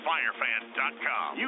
FireFan.com